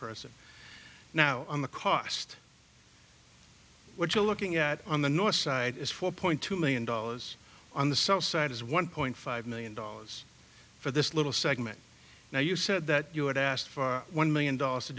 person now on the cost what you're looking at on the north side is four point two million dollars on the south side is one point five million dollars for this little segment now you said that you had asked for one million dollars to